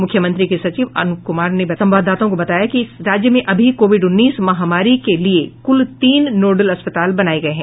मुख्यमंत्री के सचिव अनूपम कुमार ने संवाददाताओं को बताया कि राज्य में अभी कोविड उन्नीस महामारी के लिए कुल तीन नोडल अस्पताल बनाये गये हैं